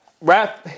rap